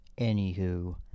anywho